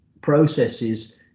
processes